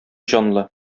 җанлы